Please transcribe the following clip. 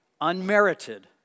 unmerited